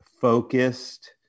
focused